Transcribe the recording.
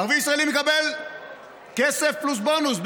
ערבי ישראלי מקבל כסף פלוס בונוס,